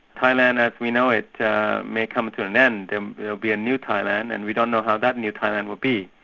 thailand as we know it may come to an end, there'll be a new thailand and we don't know how that new thailand will be.